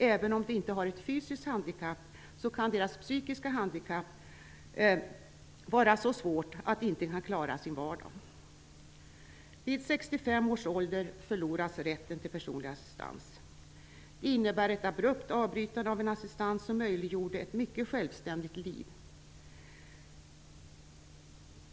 Även om de inte har ett fysiskt handikapp kan deras psykiska handikapp vara så svårt att de inte kan klara sin vardag. Vid 65 års ålder förloras rätten till personlig assistens. Det innebär ett abrupt avbrytande av en assistens som möjliggjort ett mycket självständigt liv.